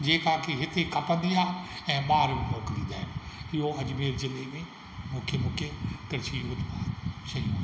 जेका की हिते खपंदी आहे ऐं ॿाहिरि मोकिलींदा आहिनि इहो अजमेर ज़िले में मुख्यु मुख्यु कृषि उत्पाद आहे